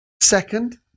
Second